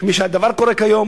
כפי שהדבר קורה כיום,